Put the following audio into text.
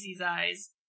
eyes